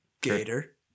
Gator